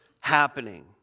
happening